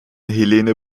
helene